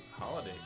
holiday